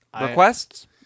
requests